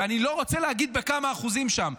ואני לא רוצה להגיד בכמה אחוזים שם.